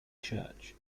church